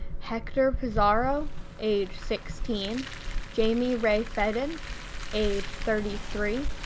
hector pizarro age sixteen jaime rae feden age thirty three,